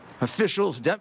officials